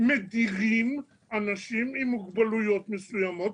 אנחנו מראש מדירים אנשים עם מוגבלויות מסוימות,